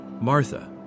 Martha